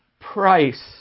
price